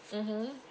mmhmm